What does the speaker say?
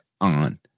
on